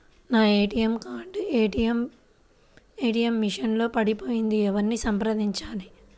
నా ATM card ATM machine లో పడిపోయింది ఎవరిని సంప్రదించాలి?